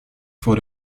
vor